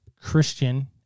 Christian